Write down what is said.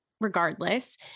regardless